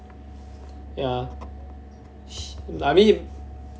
ya h~ I mean